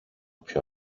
πιο